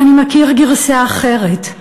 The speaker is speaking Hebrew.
'אני מכיר גרסה אחרת: